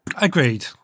Agreed